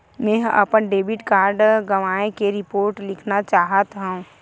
मेंहा अपन debit card गवाए के रिपोर्ट लिखना चाहत हव